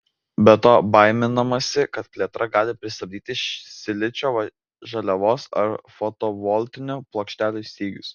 be to baiminamasi kad plėtrą gali pristabdyti silicio žaliavos ar fotovoltinių plokštelių stygius